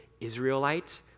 Israelite